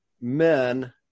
men